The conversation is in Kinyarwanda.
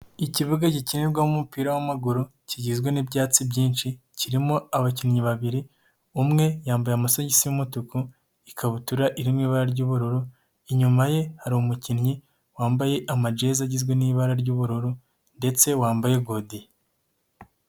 Ikibuga gikinirwamo umupira w'amaguru kigizwe n'ibyatsi byinshi, kirimo abakinnyi babiri, umwe yambaye amasogisi y'umutuku n'i ikabutura irimo ibara ry'ubururu, inyuma ye hari umukinnyi wambaye amajeze agizwe n'ibara ry'ubururu ndetse wambaye godiyo.